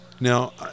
Now